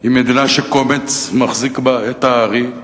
היא מדינה שקומץ מחזיק בה את הארי,